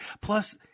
Plus